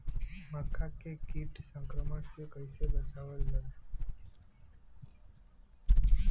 मक्का के कीट संक्रमण से कइसे बचावल जा?